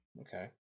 Okay